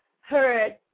heard